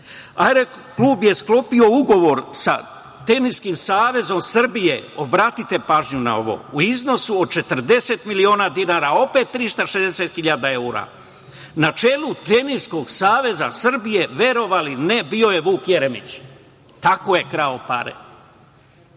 Beograd“ je sklopio ugovor sa Teniskim savezom Srbije, obratite pažnju na ovo, u iznosu od 40 miliona dinara, opet 360.000 evra. Na čelu Teniskog saveza Srbije, verovali ili ne, bio je Vuk Jeremić. Tako je krao pare.